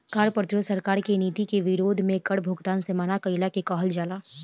कार्य प्रतिरोध सरकार के नीति के विरोध में कर भुगतान से मना कईला के कहल जाला